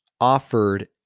offered